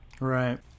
Right